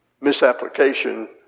misapplication